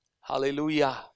hallelujah